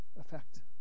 effect